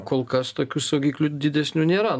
kol kas tokių saugiklių didesnių nėra